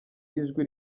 ijwi